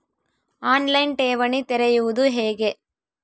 On line ಠೇವಣಿ ತೆರೆಯುವುದು ಹೇಗೆ?